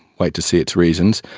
wait to see its reasons,